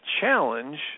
challenge